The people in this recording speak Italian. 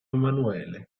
emanuele